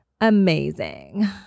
amazing